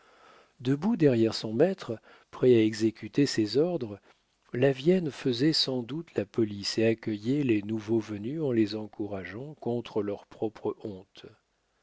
debout derrière son maître prêt à exécuter ses ordres lavienne faisait sans doute la police et accueillait les nouveaux venus en les encourageant contre leur propre honte